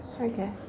Okay